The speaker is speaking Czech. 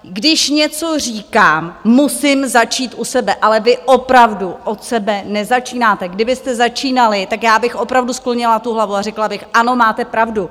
Když něco říkám, musím začít u sebe, ale vy opravdu od sebe nezačínáte, kdybyste začínali, tak já bych opravdu sklonila tu hlavu a řekla bych, ano, máte pravdu.